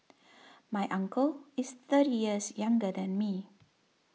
my uncle is thirty years younger than me